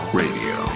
radio